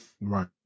Right